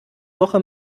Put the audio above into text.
woche